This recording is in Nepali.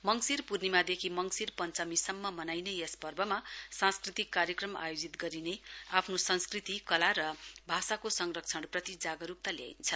मंगशिर पूर्णिमादेखि मंगशिर पश्चमीसम्म मनाइने यस पर्वमा सांस्कृतिक कार्यक्रम आयोजित गरिने आफ्नो संस्कृति कला र भाषाको संरक्षण प्रति जागरुकता ल्याइन्छ